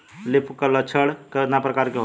Leaf curl लक्षण केतना परकार के होला?